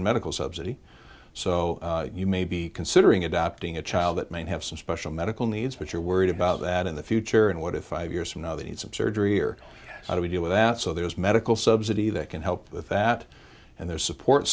medical subsidy so you may be considering adopting a child that may have some special medical needs but you're worried about that in the future and what if five years from now the needs of surgery are how do we deal with that so there is medical subsidy that can help with that and there's support